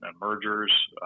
mergers